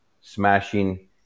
smashing